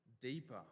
deeper